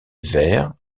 vert